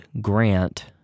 grant